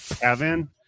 Kevin